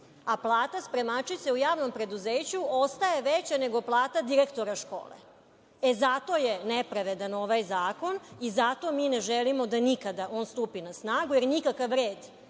a plata spremačice u javnom preduzeću ostaje veća nego plata direktora škole. E, zato je nepravedan ovaj zakon i zato mi ne želimo da nikada on stupi na snagu, jer nikakav red